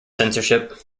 censorship